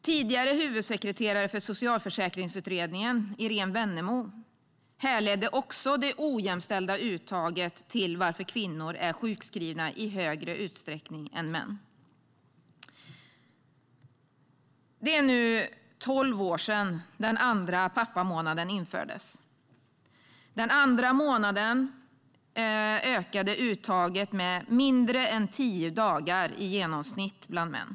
Tidigare huvudsekreteraren för Socialförsäkringsutredningen, Irene Wennemo, härledde också det ojämställda uttaget till att kvinnor är sjukskrivna i större utsträckning än män. Det är nu tolv år sedan den andra pappamånaden infördes. Denna andra månad ökade uttaget med mindre än tio dagar i genomsnitt bland män.